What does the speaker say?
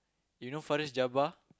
you know Faris-Jaba